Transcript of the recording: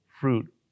fruit